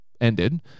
ended